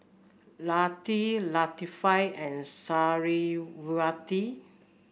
Latif Latifa and Suriawati